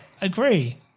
agree